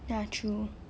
ya true